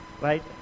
right